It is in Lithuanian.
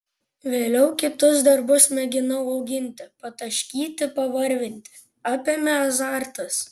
vėliau kitus darbus mėginau auginti pataškyti pavarvinti apėmė azartas